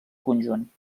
conjunt